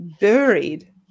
buried